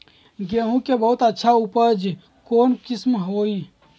गेंहू के बहुत अच्छा उपज कौन किस्म होई?